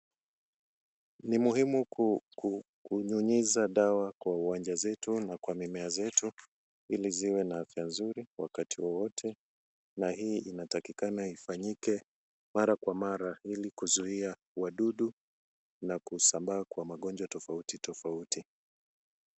Ni muhimu kunyunyiza dawa kwa uwanja zetu na kwa mimea zetu ili ziwe na afya nzuri wakati wowote na hii inatakikana ifanyike mara kwa mara ili kuzuia wadudu na kusambaa kwa magonjwa tofauti tofauti.